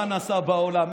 מה נסע בעולם,